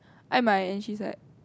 Ai-mai and she said